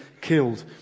killed